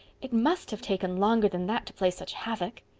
it must have taken longer than that to play such havoc.